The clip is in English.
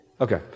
Okay